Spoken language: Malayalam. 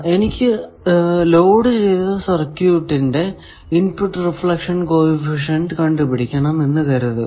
എനിക്ക് ഈ ലോഡ് ചെയ്ത സർക്യൂട്ടിന്റെ ഇൻപുട് റിഫ്ലക്ഷൻ കോ എഫിഷ്യന്റ് കണ്ടുപിടിക്കണം എന്ന് കരുതുക